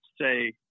say